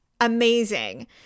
amazing